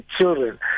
children